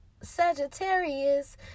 Sagittarius